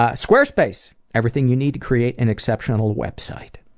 ah squarespace everything you need to create an exceptional website.